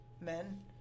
men